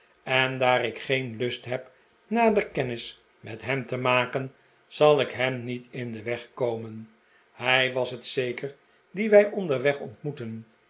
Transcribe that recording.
en daar ik geen lust heb nader kennis met hem te maken zal ik hem niet in den weg komen hij was het zeker dien wij onderweg ontmoetten